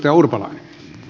mainiota